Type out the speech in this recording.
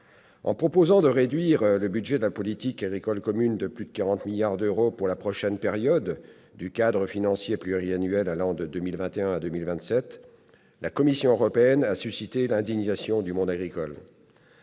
En proposant de réduire le budget de la politique agricole commune de plus de 40 milliards d'euros pour la prochaine période du cadre financier pluriannuel allant de 2021 à 2027, la Commission européenne a suscité l'indignation du monde agricole.